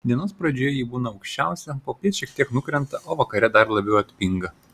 dienos pradžioje ji būna aukščiausia popiet šiek tiek nukrenta o vakare dar labiau atpinga